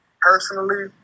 personally